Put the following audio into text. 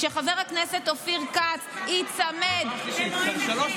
שחבר הכנסת אופיר כץ ייצמד, במועד אחר.